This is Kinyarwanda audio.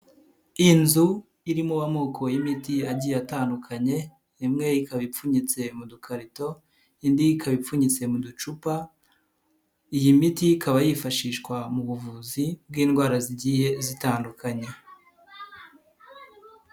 Inzu irimo amoko y'imiti agiye atandukanye imwe ikaba ipfunyitse mu dukarito indi ikaba ipfunyitse mu ducupa, iyi miti ikaba yifashishwa mu buvuzi bw'indwara zigiye zitandukanya.